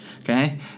Okay